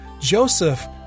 Joseph